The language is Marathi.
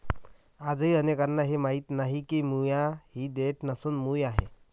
आजही अनेकांना हे माहीत नाही की मुळा ही देठ नसून मूळ आहे